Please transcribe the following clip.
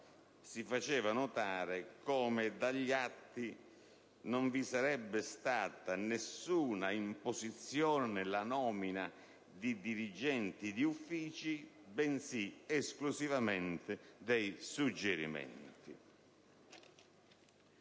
si faceva notare come dagli atti non vi sarebbe stata nessuna imposizione nella nomina di dirigenti di uffici, bensì esclusivamente dei suggerimenti.